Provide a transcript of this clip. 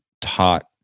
taught